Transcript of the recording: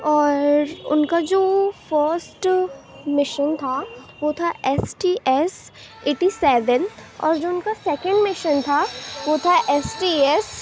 اور ان کا جو فرسٹ مشن تھا وہ تھا S T S eighty seven اور جو ان کا سکینڈ مشن تھا وہ تھا ایس ٹی ایس